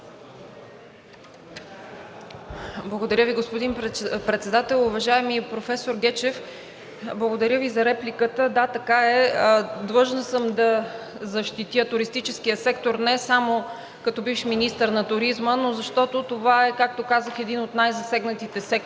Благодаря Ви, господин Председател. Уважаеми професор Гечев, благодаря Ви за репликата. Да, така е, длъжна съм да защитя туристическия сектор не само като бивш министър на туризма, но защото това е, както казах, един от най-засегнатите сектори